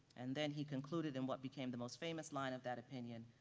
and then he concluded in what became the most famous line of that opinion,